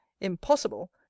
impossible